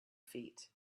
feet